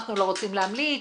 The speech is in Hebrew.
אנחנו לא רוצים להמליץ.